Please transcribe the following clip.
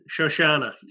Shoshana